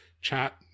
chat